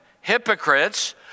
hypocrites